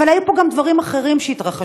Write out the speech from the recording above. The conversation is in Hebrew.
אבל היו פה גם דברים אחרים שהתרחשו.